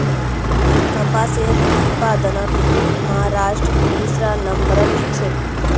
कपासेर उत्पादनत महाराष्ट्र दूसरा नंबरत छेक